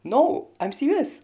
no I'm serious